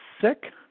sick